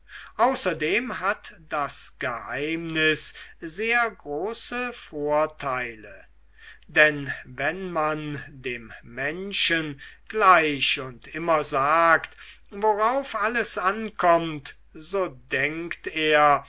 außerdem hat das geheimnis sehr große vorteile denn wenn man dem menschen gleich und immer sagt worauf alles ankommt so denkt er